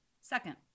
Second